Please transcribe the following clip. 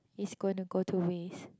is going to go two ways